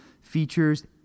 features